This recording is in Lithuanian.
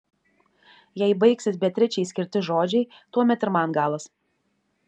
jei baigsis beatričei skirti žodžiai tuomet ir man galas